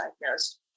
diagnosed